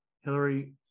Hillary